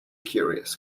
curious